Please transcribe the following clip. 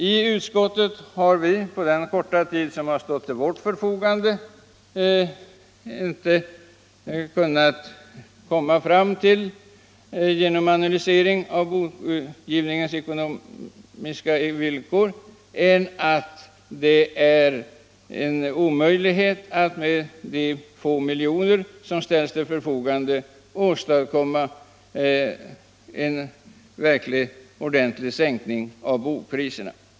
I utskottet har vi, under den korta tid som stått till vårt förfogande, vid analysering av bokutgivningens ekonomiska villkor inte kunnat komma fram till annat än att det är en omöjlighet att med de få miljoner som ställs till förfogande åstadkomma en ordentlig sänkning av bokpriserna.